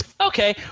Okay